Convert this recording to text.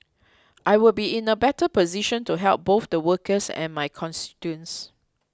I will be in a better position to help both the workers and my constituents